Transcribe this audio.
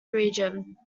region